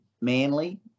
Manly